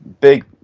big